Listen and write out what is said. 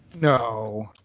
No